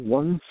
one